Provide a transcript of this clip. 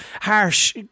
harsh